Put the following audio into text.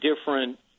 different